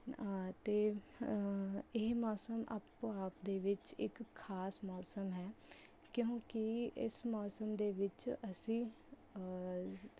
ਅਤੇ ਇਹ ਮੌਸਮ ਆਪੋ ਆਪ ਦੇ ਵਿੱਚ ਇੱਕ ਖਾਸ ਮੌਸਮ ਹੈ ਕਿਉਂਕਿ ਇਸ ਮੌਸਮ ਦੇ ਵਿੱਚ ਅਸੀਂ